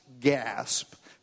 gasp